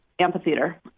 amphitheater